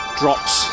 drops